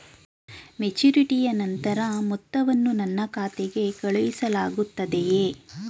ಮೆಚುರಿಟಿಯ ನಂತರ ಮೊತ್ತವನ್ನು ನನ್ನ ಖಾತೆಗೆ ಕಳುಹಿಸಲಾಗುತ್ತದೆಯೇ?